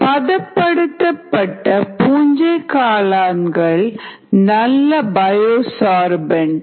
பதப்படுத்தப்பட்ட பூஞ்சை காளான்கள் நல்ல பயோசார்பெண்ட்